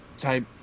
type